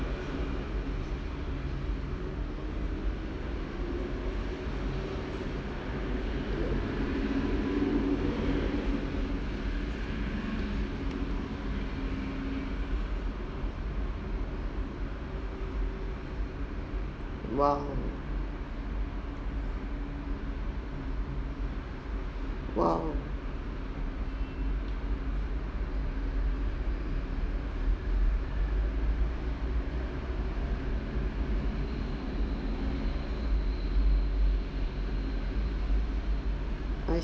!whoa! !whoa!